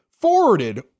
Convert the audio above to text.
forwarded